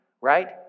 right